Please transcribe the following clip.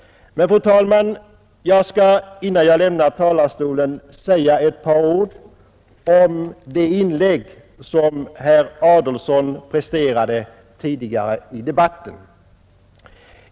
Men, fru talman, jag skall innan jag lämnar talarstolen säga ett par ord om det inlägg som herr Adolfsson presenterade tidigare i debatten.